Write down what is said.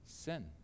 Sin